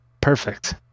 Perfect